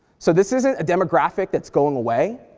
so this isn't a demographic that's going away.